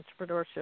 entrepreneurship